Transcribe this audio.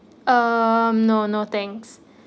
uh no no thanks